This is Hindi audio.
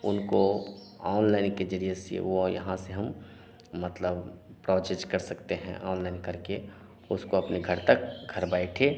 उनको ऑनलाइन के ज़रिए से वह यहाँ से हम मतलब प्रोर्चेज कर सकते हैं ऑनलाइन करके उसको अपने घर तक घर बैठे